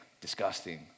disgusting